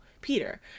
Peter